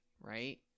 right